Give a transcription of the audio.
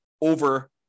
over